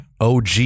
OG